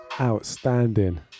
Outstanding